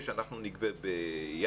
6 אנחנו נגבה בינואר-פברואר,